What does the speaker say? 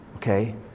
Okay